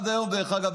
דרך אגב,